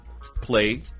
play